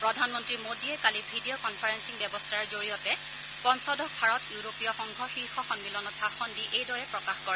প্ৰধানমন্ত্ৰী মোদীয়ে কালি ভিডিঅ কনফাৰেলিং ব্যৱস্থাৰ জৰিয়তে পঞ্চদশ ভাৰত ইউৰোপীয় সংঘ শীৰ্ষ সমিলনত ভাষণ দি এইদৰে প্ৰকাশ কৰে